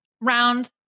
round